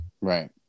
Right